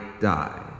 die